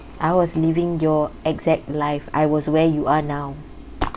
I was living your exact life I was where you are now